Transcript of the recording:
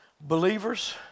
Believers